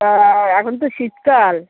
তা এখন তো শীতকাল